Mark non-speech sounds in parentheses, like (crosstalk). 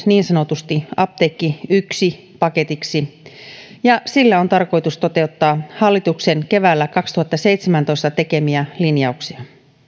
(unintelligible) niin sanotusti myös apteekki yksi paketiksi ja sillä on tarkoitus toteuttaa hallituksen keväällä kaksituhattaseitsemäntoista tekemiä linjauksia